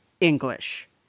English